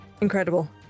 Incredible